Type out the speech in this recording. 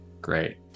great